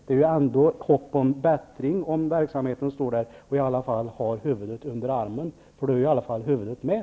Det är bättre att ändå hysa hopp och ha huvudet under armen, för då är ju i alla fall huvudet med.